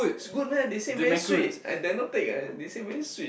is good meh they say very sweet I dare not take ah they say very sweet